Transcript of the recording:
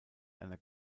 einer